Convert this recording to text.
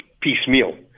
piecemeal